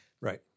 Right